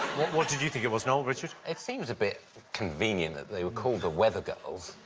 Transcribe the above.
what did you think it was, noel, richard? it seems a bit convenient that they were called the weather girls.